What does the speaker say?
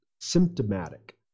symptomatic